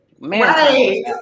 right